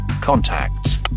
contacts